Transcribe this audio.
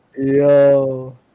Yo